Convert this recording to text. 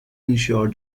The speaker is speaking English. ensure